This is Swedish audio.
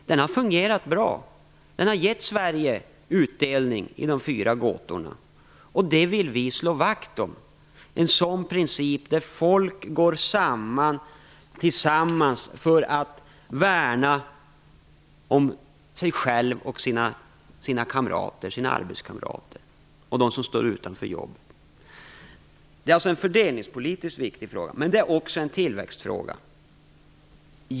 Den har fungerat bra. Den har gett Sverige utdelning i de fyra gåtorna, och det vill vi slå vakt om. Principen är att människor går samman för att värna om sig själva, sina arbetskamrater och de som står utanför jobben. Det är en fördelningspolitiskt viktig fråga, men det är också en tillväxtfråga.